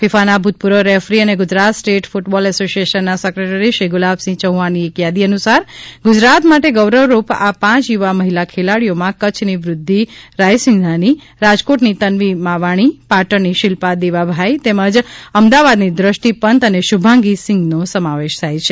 ફિફાના ભૂતપૂર્વ રેફરી અને Gujarat state football એસોસિએશનના સેક્રેટરી શ્રી ગુલાબસિંહ ચૌહાણની એક યાદી અનુસાર ગુજરાત માટે ગૌરવ રૂપ આ પાંચ યુવા મહિલા ખેલાડીઓમાં કચ્છની વૃદ્ધિ રાયસિંઘાની રાજકોટની તન્વી માવાણી પાટણની શિલ્પા દેવાભાઇ તેમજ અમદાવાદની દ્રષ્ટિ પંત અને શુભાંગી સિંઘ નો સમાવેશ થાય છે